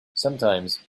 sometimes